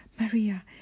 Maria